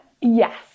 Yes